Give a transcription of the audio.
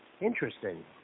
Interesting